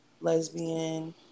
lesbian